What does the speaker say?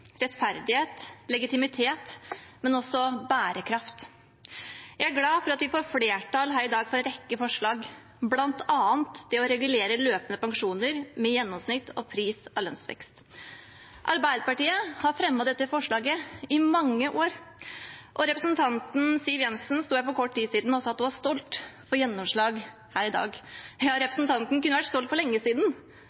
rekke forslag, bl.a. det å regulere løpende pensjoner med gjennomsnitt av pris- og lønnsvekst. Arbeiderpartiet har fremmet dette forslaget i mange år. Representanten Siv Jensen sto her for kort tid siden og sa hun var stolt over å få gjennomslag her i dag.